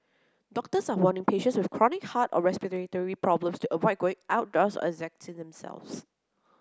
doctors are warning patients with chronic heart or respiratory problems to avoid going outdoors or exerting themselves